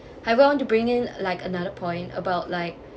I want to bring in like another point about like